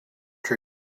tree